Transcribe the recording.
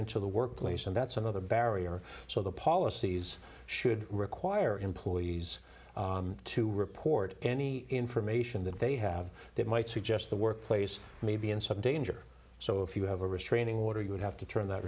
into the workplace and that's another barrier so the policies should require employees to report any information that they have that might suggest the workplace may be in some danger so if you have a restraining order you would have to turn that